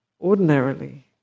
ordinarily